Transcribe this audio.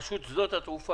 דן מורג מרשות שדות התעופה,